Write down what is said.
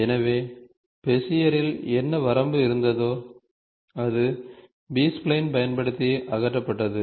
எனவே பெசியரில் என்ன வரம்பு இருந்ததோ அது பி ஸ்ப்லைனைப் பயன்படுத்தி அகற்றப்பட்டது